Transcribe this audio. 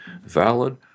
valid